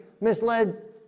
misled